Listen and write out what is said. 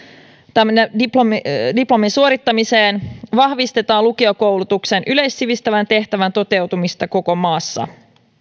tämmöisen diplomin diplomin suorittamiseen vahvistetaan lukiokoulutuksen yleissivistävän tehtävän toteutumista koko maassa